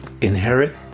inherit